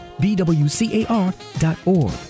bwcar.org